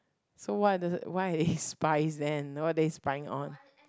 so what the~ why the~ spies then and what are they spying on